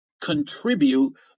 contribute